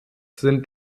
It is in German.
sind